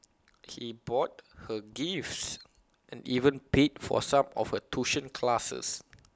he bought her gifts and even paid for some of her tuition classes